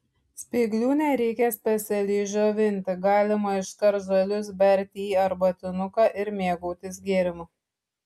spyglių nereikia specialiai džiovinti galima iškart žalius berti į arbatinuką ir mėgautis gėrimu